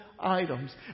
items